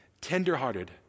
tenderhearted